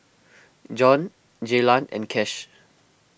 Jon Jaylan and Kash